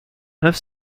neuf